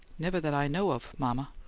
never that i know of, mama.